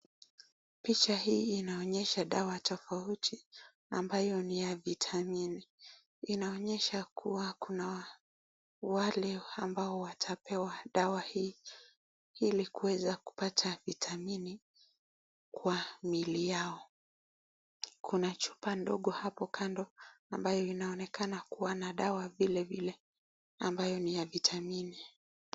Picha hii inaonyesha dawa tofauti ambayo ni ya vitamini. Inaonyesha kuwa kuna wale ambayo watapewa dawa hii ili kuweza kupata vitamini kwa miili yao, kuna chupa ndogo hapo kando ambayo inanaonekana kuwa na dawa vilevile ambayo ni ya vitamini.